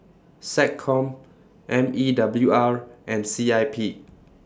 Seccom M E W R and C I P